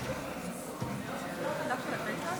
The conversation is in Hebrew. אם אפשר רק לשמור על השקט,